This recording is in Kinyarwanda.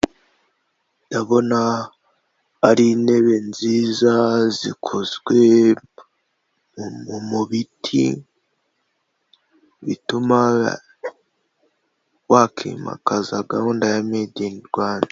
Ndabona ari intebe nziza zikozwe mu biti bituma wakimakaza gahunda ya medi ini Rwanda.